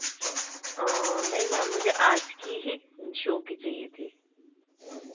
नहीं मैम मुझे आज की ही शो की चाहिए थी